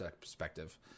perspective